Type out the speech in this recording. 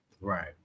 Right